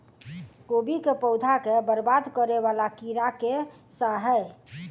कोबी केँ पौधा केँ बरबाद करे वला कीड़ा केँ सा है?